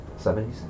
70s